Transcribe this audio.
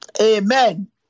Amen